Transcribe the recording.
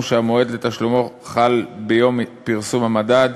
שהמועד לתשלומו חל ביום פרסום המדד,